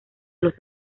los